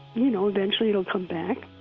you know, eventually it'll come back,